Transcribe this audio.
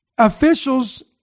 Officials